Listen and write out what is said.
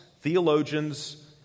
theologians